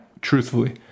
truthfully